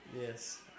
Yes